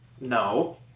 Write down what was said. No